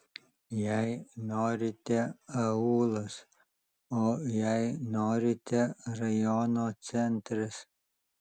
jei norite aūlas o jei norite rajono centras